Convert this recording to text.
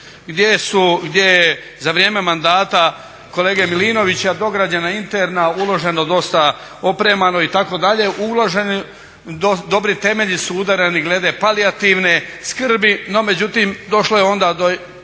bolnicu, gdje za vrijeme mandata kolege Milinovića dograđena interna, uloženo dosta opremano itd., dobri temelji su udareni glede palijativne skrbi. No međutim, došlo je onda do